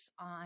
on